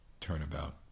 turnabout